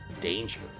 danger